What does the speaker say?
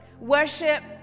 Worship